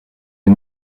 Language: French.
est